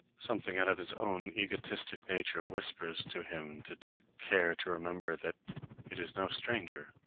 something out of his own egotistic nature whispers to him to take care to remember that it is no stranger,